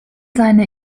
seine